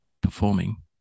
performing